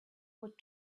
what